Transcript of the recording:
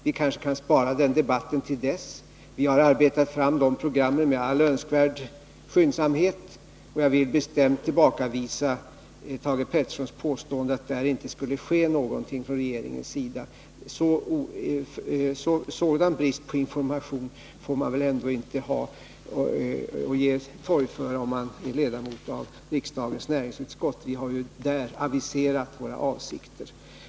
Vi kanske kan spara den debatten till dess. Vi har arbetat fram de programmen med all önskvärd skyndsamhet, och jag vill bestämt tillbakavisa Thage Petersons påståenden att här inte sker någonting från regeringens sida. En sådan brist på information får man inte visa om man är ledamot av näringsutskottet — vi har där aviserat våra avsikter.